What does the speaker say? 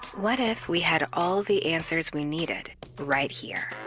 what if we had all the answers we needed right here?